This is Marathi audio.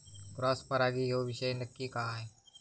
क्रॉस परागी ह्यो विषय नक्की काय?